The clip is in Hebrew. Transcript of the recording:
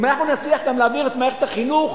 אם אנחנו נצליח להעביר גם את מערכת החינוך,